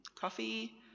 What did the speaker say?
Coffee